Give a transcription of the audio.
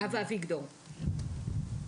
נאוה אביגדור, בבקשה.